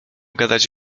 gadać